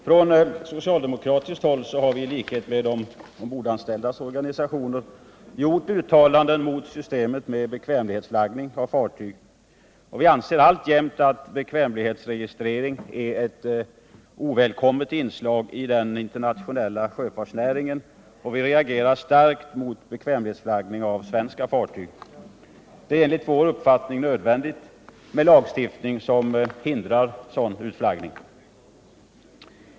Från socialdemokratiskt håll har vi i likhet med de ombordanställdas organisationer gjort uttalanden mot systemet med bekvämlighetsflaggning av fartyg. Vi anser alltjämt att bekvämlighetsregistrering är ett ovälkommet inslag i den internationella sjöfartsnäringen och reagerar starkt mot bekvämlighetsflaggning av svenska fartyg. Det är enligt vår uppfattning nödvändigt med lagstiftning som hindrar sådan utflaggning.